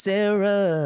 Sarah